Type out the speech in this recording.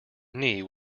knee